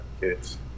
kids